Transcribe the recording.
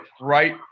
right